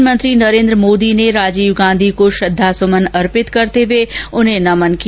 प्रधानमंत्री नरेन्द्र मोदी ने राजीव गांधी को श्रद्वा सुमन अर्पित करते हुए उन्हें नमन किया